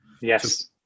Yes